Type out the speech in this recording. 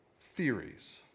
theories